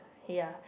ya